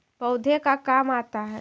पौधे का काम आता है?